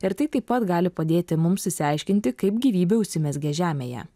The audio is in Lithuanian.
ir tai taip pat gali padėti mums išsiaiškinti kaip gyvybė užsimezgė žemėje